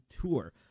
Tour